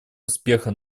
успеха